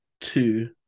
two